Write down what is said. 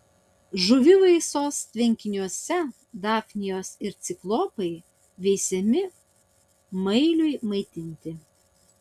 žuvivaisos tvenkiniuose dafnijos ir ciklopai veisiami mailiui maitinti